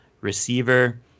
receiver